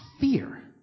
fear